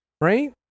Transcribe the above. Right